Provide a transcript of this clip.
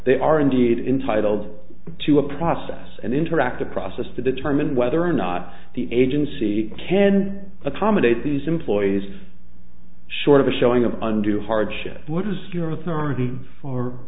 they are indeed intitled to a process and interactive process to determine whether or not the agency can accommodate these employees short of a showing of under hardship what is your authority for